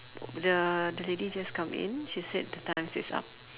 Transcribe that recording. the the lady just come in she said the time is up